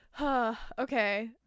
Okay